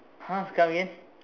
!huh! come again